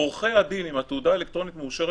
עורכי הדין עם התעודה האלקטרונית המאושרת